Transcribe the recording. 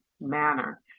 manner